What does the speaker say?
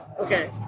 Okay